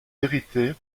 hérité